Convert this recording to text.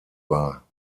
war